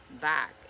back